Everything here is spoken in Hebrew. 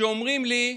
שאומרים לי: